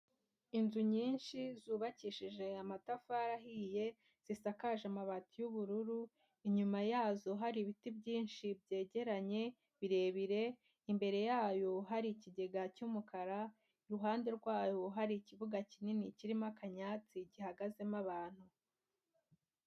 Inzu nyinshi zubakishije amatafari ahiye, zisakaje amabati y'ubururu, inyuma yazo hari ibiti byinshi byegeranye birebire, imbere yayo hari ikigega cy'umukara, iruhande rwayo hari ikibuga kinini kirimo akayatsi gihagazemo abantu.